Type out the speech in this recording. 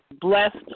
blessed